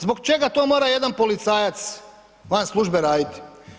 Zbog čega to mora jedan policajac van službe raditi?